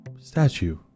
Statue